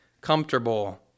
comfortable